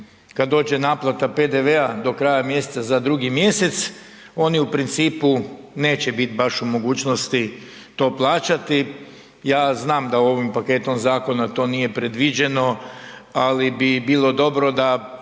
kada dođe naplata PDV-a do kraja mjeseca za drugi mjesec oni u principu neće biti baš u mogućnosti to plaćati. Ja znam da ovim paketom zakona to nije bilo predviđeno, ali bi bilo dobro